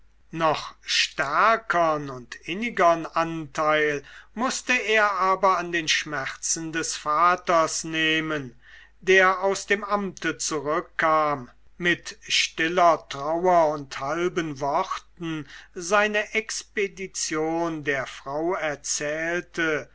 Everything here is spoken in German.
noch stärkern und innigern anteil mußte er aber an den schmerzen des vaters nehmen der aus dem amte zurückkam mit stiller trauer und halben worten seine expedition der frau erzählte